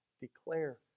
declare